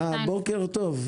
בוקר טוב.